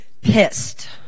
pissed